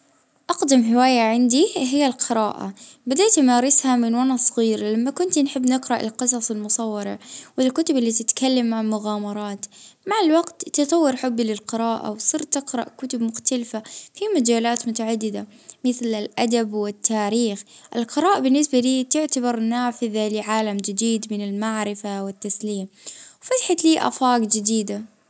أقدم هواية عندي اه هي الكتابة، اه كنت صغيرة ونحب اه نكتب اه قصص على ورج الكراسة اه نخترع في عوالم جديدة ونعيش فيها في خيالي.